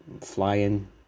flying